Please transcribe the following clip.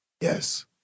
Yes